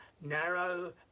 narrow